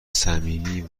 صمیمی